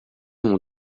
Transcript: mon